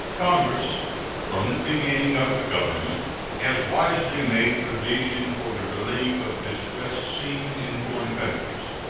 congress from the beginning of the government has wisely made provision for the relief of distressed seamen in foreign countries.